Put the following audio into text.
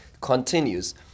continues